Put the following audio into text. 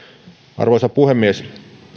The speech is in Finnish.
arvoisa puhemies